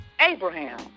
Abraham